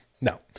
No